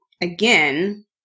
again